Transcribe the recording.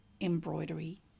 Embroidery